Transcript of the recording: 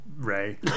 Ray